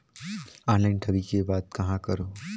Online ठगी के बाद कहां करों?